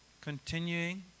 continuing